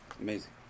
Amazing